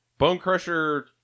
Bonecrusher